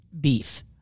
beef